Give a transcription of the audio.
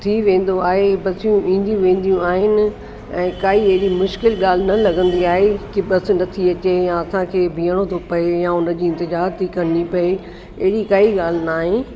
थी वेंदो आहे ऐं बसियूं ईंदियूं वेंदियूं आहिनि ऐं काई अहिड़ी मुश्किल ॻाल्हि न लॻंदी आहे कि बस नथी अचे या असांखे बीहणो थो पए या उन जी इंतिजार थी करिणी पए अहिड़ी काई ॻाल्हि न आहे